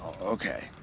okay